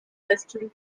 western